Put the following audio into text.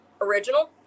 original